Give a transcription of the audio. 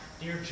dear